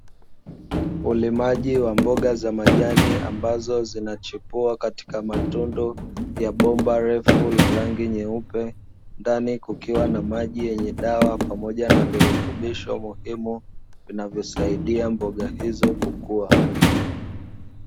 Ulimaji wa mboga za majani ambazo zinachipua katika matundu ya bomba refu la rangi nyeupe, ndani kukiwa na maji yenye dawa pamoja na virutubisho muhimu vinavyosaidia mboga hizo kukua.